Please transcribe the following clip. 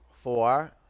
Four